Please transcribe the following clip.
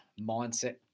mindset